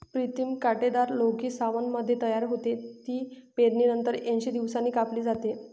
प्रीतम कांटेदार लौकी सावनमध्ये तयार होते, ती पेरणीनंतर ऐंशी दिवसांनी कापली जाते